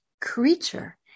creature